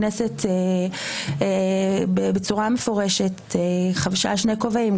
הכנסת בצורה מפורשת חבשה שני כובעים,